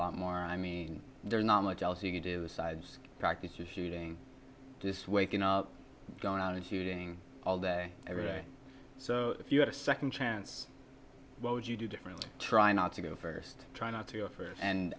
lot more i mean there's not much else you can do aside just practice your shooting this waking up going out and shooting all day every day so if you had a second chance what would you do differently try not to go first trying not to go for it and